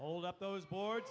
hold up those board